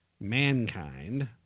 mankind